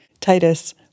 Titus